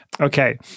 okay